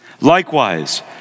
Likewise